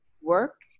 work